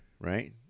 right